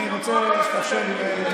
הסטודנטים הם גויים אני רוצה שתאפשר לי לסיים.